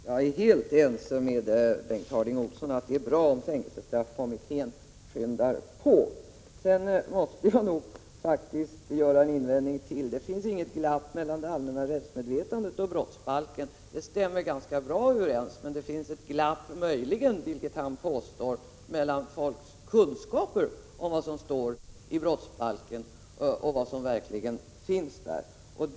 Herr talman! Jag är helt ense med Bengt Harding Olson om att det är bra om fängelsestraffkommittén skyndar på. Jag måste nog göra en invändning till. Det finns inget glapp mellan det allmänna rättsmedvetandet och brottsbalken — de stämmer bra överens. Men det finns möjligen ett glapp mellan folks kunskaper om vad som står i brottsbalken och vad som verkligen finns skrivet där.